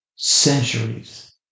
centuries